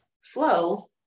flow